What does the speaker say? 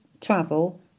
travel